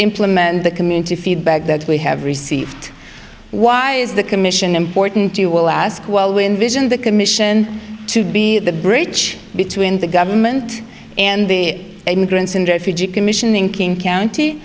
implemented the community feedback that we have received why is the commission important to you will ask well when vision that commission to be the bridge between the government and the immigrants